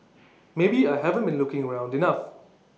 maybe I haven't been looking around enough